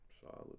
Solid